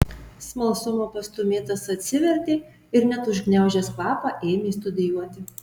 smalsumo pastūmėtas atsivertė ir net užgniaužęs kvapą ėmė studijuoti